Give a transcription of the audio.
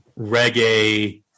reggae